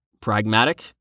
pragmatic